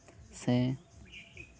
ᱥᱮ